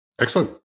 Excellent